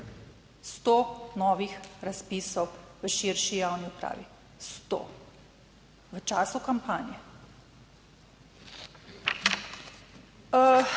sto novih razpisov v širši javni upravi, sto v času kampanje.